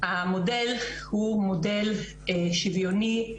המודל הוא מודל שוויוני,